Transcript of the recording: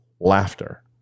laughter